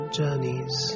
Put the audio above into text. journeys